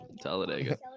Talladega